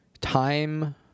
time